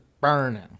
burning